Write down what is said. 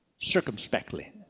circumspectly